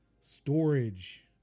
storage